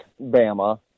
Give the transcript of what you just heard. Bama